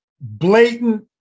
blatant